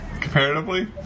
comparatively